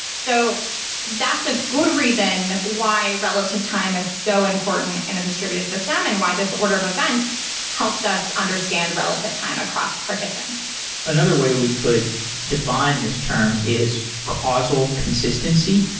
so that's a good reason why relative time is so important in a distributed system and why this order of events helps us understand relative time across partitions another way we could define this term is causal consistency.